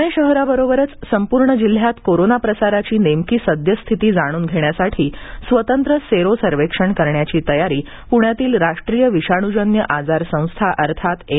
पुणे शहराबरोबरच संपूर्ण जिल्ह्यात कोरोना प्रसाराची नेमकी सद्यस्थिती जाणून घेण्यासाठी स्वतंत्र सेरो सर्वेक्षण करण्याची तयारी प्ण्यातील राष्ट्रीय विषाणूजन्य आजार संस्था अर्थात एन